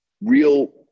real